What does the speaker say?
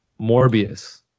Morbius